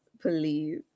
please